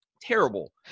Terrible